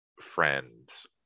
friends